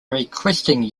requesting